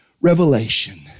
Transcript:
revelation